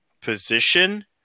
position